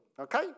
Okay